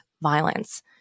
violence